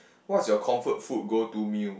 what's your comfort food go to meal